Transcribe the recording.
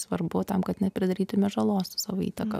svarbu tam kad nepridarytume žalos su savo įtaka